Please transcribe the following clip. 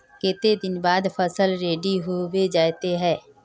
केते दिन बाद फसल रेडी होबे जयते है?